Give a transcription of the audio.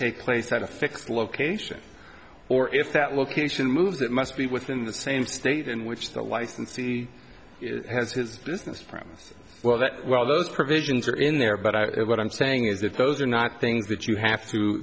take place at a fixed location or if that location moves it must be within the same state in which the licensee has his business friends well that well those provisions are in there but i what i'm saying is that those are not things that you have to